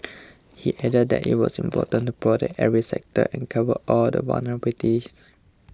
he added that it was important to protect every sector and cover all the